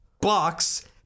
box